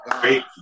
Great